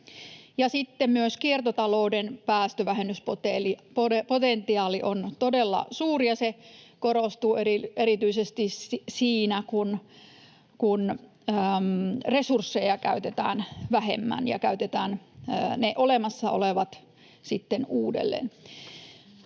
myös kiertotalouden päästövähennyspotentiaali on todella suuri, ja se korostuu erityisesti siinä, kun resursseja käytetään vähemmän ja käytetään ne olemassa olevat sitten uudelleen.